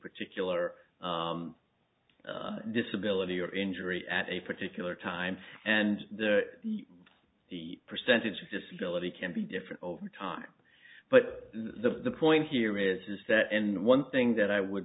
particular disability or injury at a particular time and the percentage of disability can be different over time but the point here is a set and one thing that i would